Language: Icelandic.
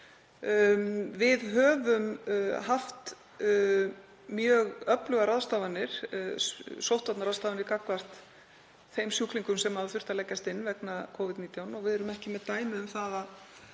Við höfum haft mjög öflugar sóttvarnaráðstafanir gagnvart þeim sjúklingum sem hafa þurft að leggjast inn vegna Covid-19 og við erum ekki með dæmi um það að